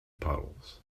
puddles